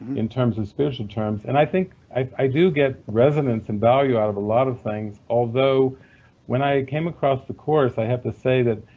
in terms of spiritual terms. and i think i do get resonance and value out of a lot of things, although when i came across the course i have to say that,